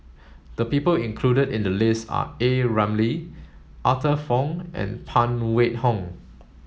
the people included in the list are A Ramli Arthur Fong and Phan Wait Hong